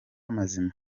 mazima